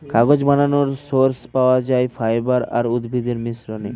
কাগজ বানানোর সোর্স পাওয়া যায় ফাইবার আর উদ্ভিদের মিশ্রণে